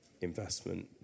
investment